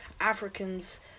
Africans